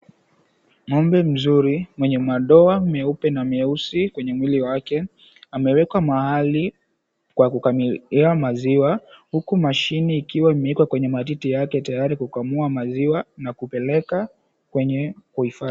Ng'ombe mzuri mwenye madoa meupe na meusi kwenye mwili wake amewekwa mahali kwa kukamuliwa maziwa, huku mashini ikiwa imewekwa kwenye matiti yake tayari kukamua maziwa na kupeleka kwenye uhifadhi.